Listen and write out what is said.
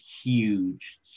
huge